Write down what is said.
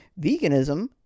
Veganism